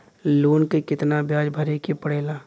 Loan के कितना ब्याज भरे के पड़े ला?